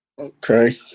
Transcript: Okay